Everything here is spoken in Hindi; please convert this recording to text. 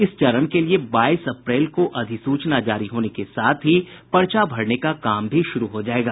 इस चरण के लिए बाईस अप्रैल को अधिसूचना जारी होने के साथ ही पर्चा भरने का काम भी शुरू हो जायेगा